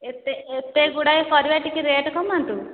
ଏତେ ଏତେ ଗୁଡ଼ାଏ ପରିବା ଟିକିଏ ରେଟ୍ କମାନ୍ତୁ